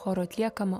choro atliekamą